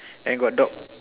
and got dog